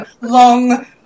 long